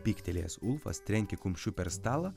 pyktelėjęs ulfas trenkė kumščiu per stalą